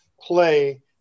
play